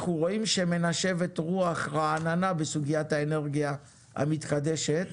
אנחנו רואים שמנשבת רוח רעננה בסוגיית האנרגיה המתחדשת,